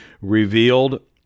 revealed